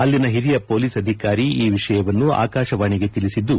ಅಲ್ಲಿಯ ಹಿರಿಯ ಪೊಲೀಸ ಅಧಿಕಾರಿ ಈ ವಿಷಯವನ್ನು ಆಕಾಶವಾಣಿಗೆ ತಿಳಿಸಿದ್ದು